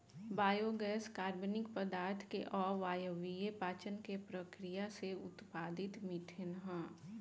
biogas कार्बनिक पदार्थ के अवायवीय पाचन के प्रक्रिया से उत्पादित मिथेन ह